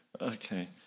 Okay